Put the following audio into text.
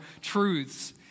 truths